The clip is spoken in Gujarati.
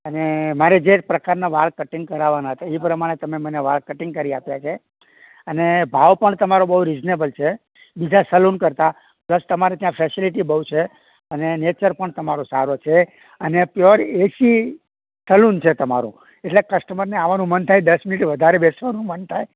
અને મારે જે પ્રકારના વાળ કટિંગ કરાવવાના હતા એ પ્રમાણે તમે મને વાળ કટિંગ કરી આપ્યા છે અને ભાવ પણ તમારો બહુ રિઝનેબલ છે બીજા સલુન કરતાં પ્લસ તમારે ત્યાં ફેસિલિટી બહુ છે અને નેચર પણ તમારો સારો છે અને પ્યોર એસી સલુન છે તમારું એટલે કસ્ટમરને આવવાનું મન થાય દસ મિનિટ વધારે બેસવાનું મન થાય